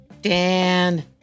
Dan